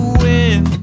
win